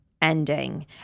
ending